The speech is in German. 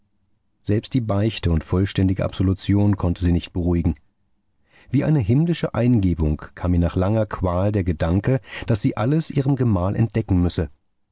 selbst die beichte und vollständige absolution konnte sie nicht beruhigen wie eine himmlische eingebung kam ihr nach langer qual der gedanke daß sie alles ihrem gemahl entdecken müsse